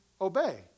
obey